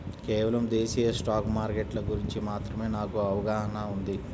కేవలం దేశీయ స్టాక్ మార్కెట్ల గురించి మాత్రమే నాకు అవగాహనా ఉంది